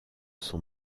son